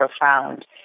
profound